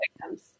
victims